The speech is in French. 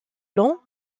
long